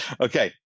Okay